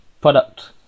product